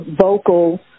vocal